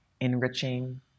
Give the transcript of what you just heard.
enriching